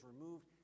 removed